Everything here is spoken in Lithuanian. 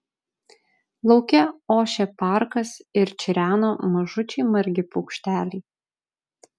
lauke ošė parkas ir čireno mažučiai margi paukšteliai